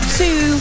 two